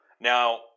Now